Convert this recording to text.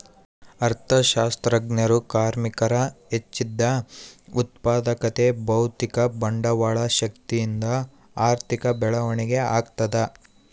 ಅರ್ಥಶಾಸ್ತ್ರಜ್ಞರು ಕಾರ್ಮಿಕರ ಹೆಚ್ಚಿದ ಉತ್ಪಾದಕತೆ ಭೌತಿಕ ಬಂಡವಾಳ ಶಕ್ತಿಯಿಂದ ಆರ್ಥಿಕ ಬೆಳವಣಿಗೆ ಆಗ್ತದ